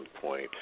point